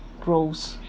gross